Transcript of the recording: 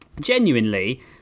genuinely